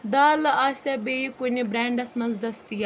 دالہٕ آسیا بییٚہِ کُنہِ بریٚنڈَس مَنٛز دٔستِیاب